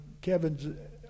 Kevin's